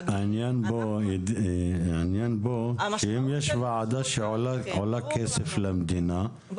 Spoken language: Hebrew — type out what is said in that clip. העניין פה הוא שאם יש ועדה שעולה כסף למדינה,